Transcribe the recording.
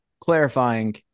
clarifying